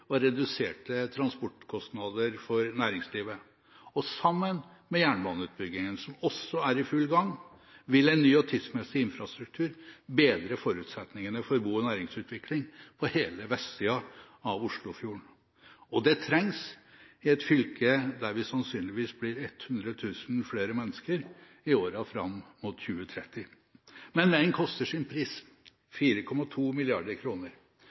og reduserte transportkostnader for næringslivet. Sammen med jernbaneutbyggingen, som også er i full gang, vil en ny og tidsmessig infrastruktur bedre forutsetningene for bo- og næringsutvikling på hele vestsida av Oslofjorden. Det trengs i et fylke der vi sannsynligvis blir 100 000 flere mennesker i åra fram mot 2030. Men veien har sin